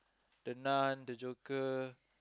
the nun the joker